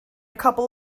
couple